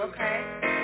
Okay